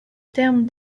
terme